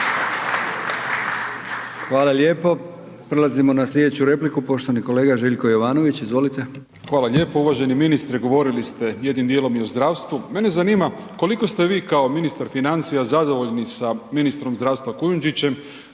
Hvala lijepo, prelazimo na slijedeću repliku poštovani kolega Željko Jovanović, izvolite. **Jovanović, Željko (SDP)** Hvala lijepo. Uvaženi ministre govorili ste jednim dijelom i o zdravstvu, mene zanima koliko ste vi kao ministar financija zadovoljni sa ministrom zdravstva Kujundžićem